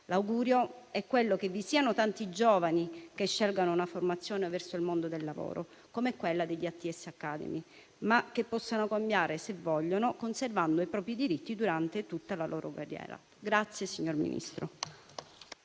L'augurio è quello che vi siano tanti giovani che scelgano la formazione verso il mondo del lavoro, come quella degli ITS academy, ma che essi possano cambiare, se vorranno, conservando i propri diritti durante tutta la loro carriera.